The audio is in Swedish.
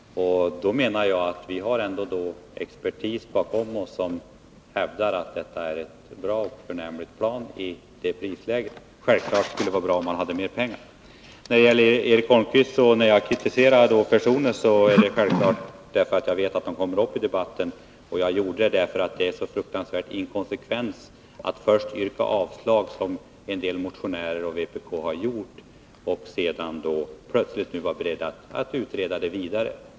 Jag menar alltså att vi har expertis bakom oss som hävdar att detta är ett förnämligt plan i det aktuella prisläget, men självfallet skulle det vara bra om man hade mer pengar. Eric Holmqvist påtalade att jag kritiserade personer, och självfallet gjorde jagdet, därför att jag vet att de kommer att delta i debatten och därför att det är en sådan fruktansvärd inkonsekvens att, som en del socialdemokratiska motionärer och vpk har gjort, först yrka avslag och sedan plötsligt vara beredda att utreda frågan vidare.